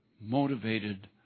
motivated